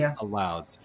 allowed